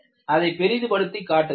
அதைப் பெரிதுபடுத்தி காட்டுகிறேன்